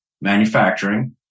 manufacturing